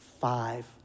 five